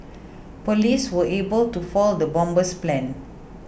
police were able to foil the bomber's plans